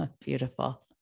Beautiful